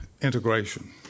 integration